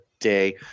day